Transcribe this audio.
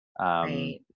right